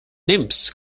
nymphs